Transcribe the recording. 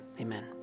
amen